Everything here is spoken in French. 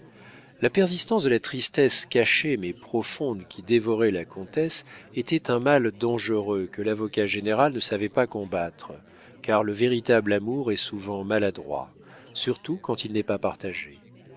la persistance de la tristesse cachée mais profonde qui dévorait la comtesse était un mal dangereux que lavocat général ne savait pas combattre car le véritable amour est souvent maladroit surtout quand il n'est pas partagé